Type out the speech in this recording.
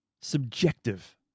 subjective